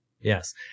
Yes